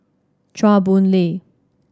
Chua Boon Lay